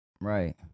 right